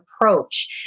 approach